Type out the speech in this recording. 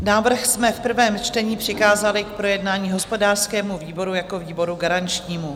Návrh jsme v prvém čtení přikázali k projednání hospodářskému výboru jako výboru garančnímu.